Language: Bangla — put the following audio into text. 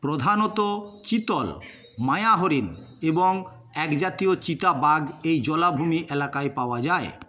প্রধানত চিতল মায়া হরিণ এবং এক জাতীয় চিতা বাঘ এই জলাভূমি এলাকায় পাওয়া যায়